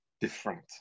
different